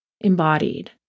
embodied